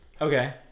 Okay